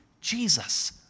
Jesus